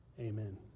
Amen